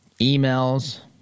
emails